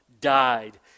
died